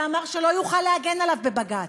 שאמר שלא יוכל להגן עליו בבג"ץ,